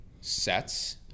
sets